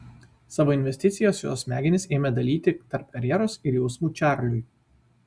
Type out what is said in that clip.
savo investicijas jos smegenys ėmė dalyti tarp karjeros ir jausmų čarliui